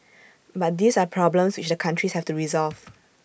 but these are problems which the countries have to resolve